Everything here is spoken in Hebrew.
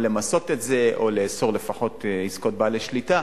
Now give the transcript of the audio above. או למצות את זה או לאסור לפחות עסקאות בעלי שליטה,